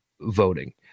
voting